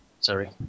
Sorry